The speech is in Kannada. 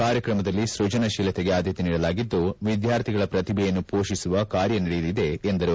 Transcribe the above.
ಕಾರ್ಯಕ್ರಮದಲ್ಲಿ ಸ್ಕಾನಶೀಲತೆಗೆ ಆದ್ದತೆ ನೀಡಲಾಗಿದ್ದು ವಿದ್ಕಾರ್ಥಿಗಳ ಪ್ರತಿಭೆಯನ್ನು ಪೋಷಿಸುವ ಕಾರ್ಯ ನಡೆಯಲಿದೆ ಎಂದರು